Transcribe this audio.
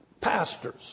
Pastors